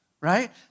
right